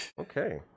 okay